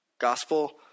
Gospel